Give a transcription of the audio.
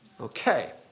Okay